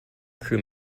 crew